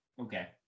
Okay